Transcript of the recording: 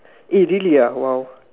eh really ah !wow!